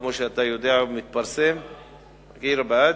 כמו שאתה יודע, עיר הבה"דים.